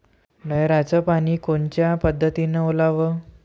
नयराचं पानी कोनच्या पद्धतीनं ओलाव?